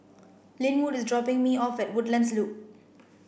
Lynwood is dropping me off at Woodlands Loop